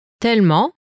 Tellement